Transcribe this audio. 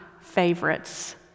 favorites